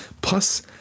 Plus